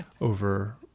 over